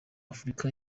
afurika